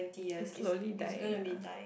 is slowly dying ah